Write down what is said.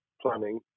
planning